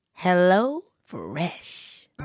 HelloFresh